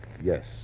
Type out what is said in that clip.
Yes